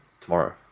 Tomorrow